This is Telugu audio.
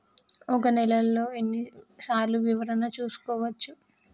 ఒక నెలలో ఎన్ని సార్లు వివరణ చూసుకోవచ్చు?